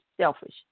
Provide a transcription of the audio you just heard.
selfish